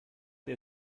der